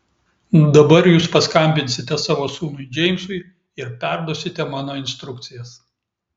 dabar jūs paskambinsite savo sūnui džeimsui ir perduosite mano instrukcijas